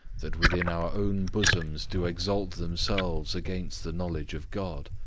that within our own bosoms do exalt themselves against the knowledge of god